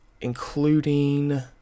including